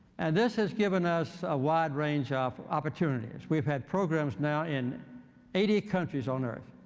and this has given us a wide range of opportunities. we've had programs now in eighty countries on earth.